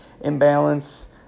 imbalance